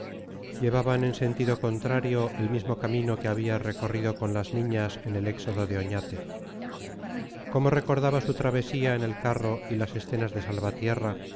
llevaban en sentido contrario el mismo camino que había recorrido con las niñas en el éxodo de oñate cómo recordaba su travesía en el carro y las escenas de salvatierra